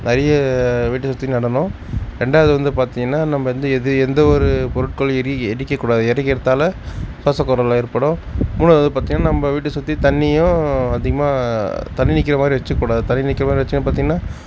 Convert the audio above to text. நிறைய வீட்டை சுற்றி நடணும் ரெண்டாவது வந்து பார்த்திங்கனா நம்ம வந்து இது எந்த ஒரு பொருட்கள் எரி எரிக்கக் கூடாது எரிக்கறதால சுவாசக் கோளாறு ஏற்படும் மூணாவது வந்து பார்த்திங்கனா நம்ம வீடை சுற்றி தண்ணியும் அதிகமாக தண்ணி நிற்கற மாதிரி வச்சுக்கூடாது தண்ணி நிற்கிற மாதிரி வச்சோம் பார்த்திங்கனா